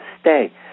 stay